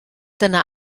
dyna